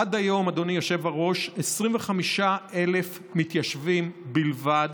עד היום, אדוני היושב-ראש, 25,000 מתיישבים בלבד